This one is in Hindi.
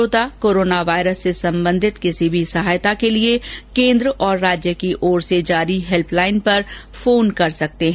श्रोता कोरोना वायरस से संबंधित किसी भी सहायता के लिए केन्द्र और राज्य की ओर से जारी हेल्प लाइन नम्बर पर फोन कर सकते हैं